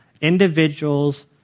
Individuals